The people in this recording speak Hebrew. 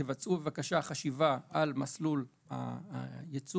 תבצעו בבקשה חשיבה על מסלול הייצור,